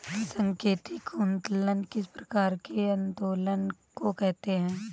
सांकेतिक उत्तोलन किस प्रकार के उत्तोलन को कहते हैं?